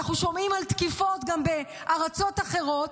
אנחנו שומעים על תקיפות גם בארצות אחרות,